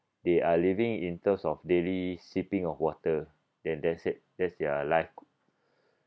they are living in terms of daily sipping of water then that's it that's their life